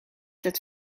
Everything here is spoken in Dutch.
het